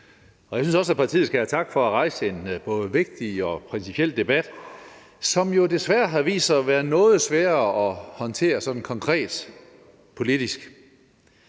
jeg synes også, at partiet skal have tak for at rejse en både vigtig og principiel debat, som jo desværre har vist sig at være noget sværere at håndtere konkret politisk.